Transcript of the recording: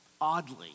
oddly